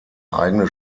eigene